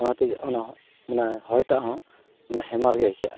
ᱚᱱᱟᱛᱮ ᱚᱱᱟ ᱦᱚᱭ ᱢᱟᱱᱮ ᱦᱚᱭ ᱴᱟᱜ ᱦᱚᱸ ᱚᱱᱟ ᱦᱮᱢᱟᱞᱜᱮ ᱟᱹᱭᱠᱟᱹᱜᱼᱟ